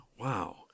Wow